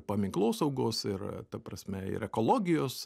paminklosaugos ir ta prasme ir ekologijos